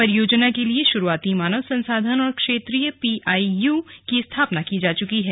परियोजना के लिए शुरूआती मानव संसाधन और क्षेत्रीय पीआईयू की स्थापना की जा चुकी है